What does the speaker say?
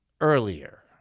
earlier